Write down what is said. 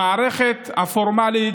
המערכת הפורמלית,